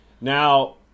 Now